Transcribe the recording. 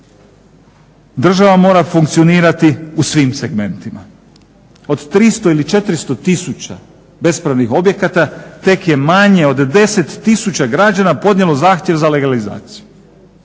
država mora funkcionirati u svim segmentima. Od 300 ili 400 tisuća bespravnih objekta tek je manje od 10 tisuća građana podnijelo zahtjev za legalizaciju.